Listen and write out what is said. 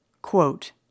Quote